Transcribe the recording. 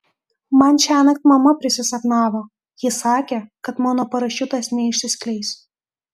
man šiąnakt mama prisisapnavo ji sakė kad mano parašiutas neišsiskleis